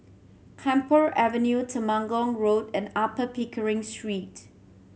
Camphor Avenue Temenggong Road and Upper Pickering Street